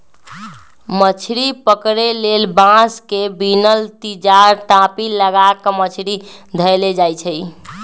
मछरी पकरे लेल बांस से बिनल तिजार, टापि, लगा क मछरी धयले जाइ छइ